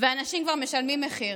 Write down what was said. ואנשים כבר משלמים מחיר,